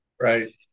Right